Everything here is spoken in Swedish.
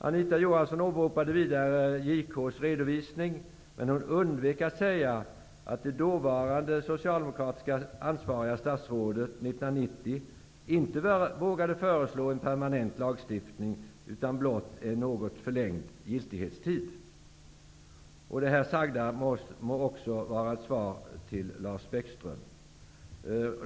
Anita Johansson åberopade vidare JK:s redovisning, men hon undvek att säga att det dåvarande socialdemokratiska ansvariga statsrådet 1990 inte vågade föreslå en permanent lagstiftning, utan blott en något förlängd giltighetstid. Det här sagda må också vara svar till Lars Bäckström.